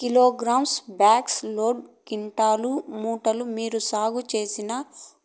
kilogram, box, load, quintal, మూటలు మీరు సాగు చేసిన